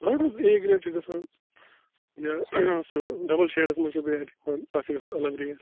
اَہن حظ A grade چھِ گَژھان یا سُہ ڈبل شیٚڈس منٛز چھُ بیٹ یِوان تتھ چھِ گَژھان الگ ریٹ